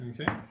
Okay